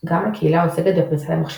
גם לקהילה העוסקת בפריצה למחשבים,